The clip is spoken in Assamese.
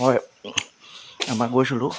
হয় এবাৰ গৈছিলোঁ